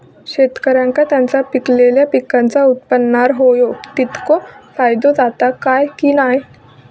शेतकऱ्यांका त्यांचा पिकयलेल्या पीकांच्या उत्पन्नार होयो तितको फायदो जाता काय की नाय?